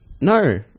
No